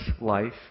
life